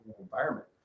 environment